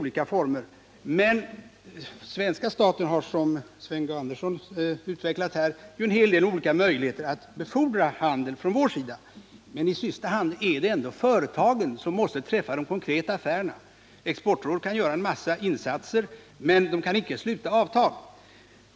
Den svenska staten har, såsom Sven Andersson utvecklade, olika möjligheter att befordra den svenska handeln. Men i sista hand är det ändå företagen som måste träffa de konkreta överenskommelserna. Exportrådet kan göra en massa insatser men kan inte sluta avtal.